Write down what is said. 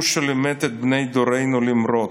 הוא שלימד את בני דורנו למרוד,